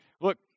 look